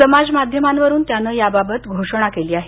समाज माध्यमावरून त्यानं याबाबत घोषणा केली आहे